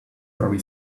very